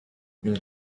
une